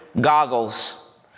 goggles